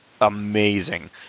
amazing